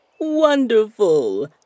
Wonderful